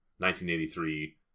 1983